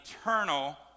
eternal